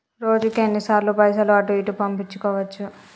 రోజుకు ఎన్ని సార్లు పైసలు అటూ ఇటూ పంపించుకోవచ్చు?